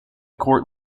court